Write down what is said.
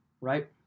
right